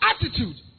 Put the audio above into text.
attitude